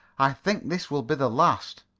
i think this will be the last.